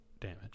Damage